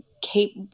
keep